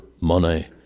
money